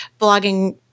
blogging